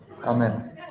Amen